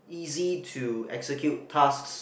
easy to execute tasks